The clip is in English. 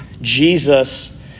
Jesus